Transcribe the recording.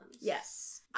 Yes